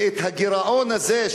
ואת הגירעון הזה,